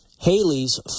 Haley's